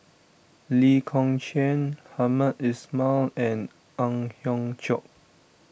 Lee Kong Chian Hamed Ismail and Ang Hiong Chiok